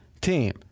team